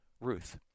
Ruth